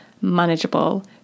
manageable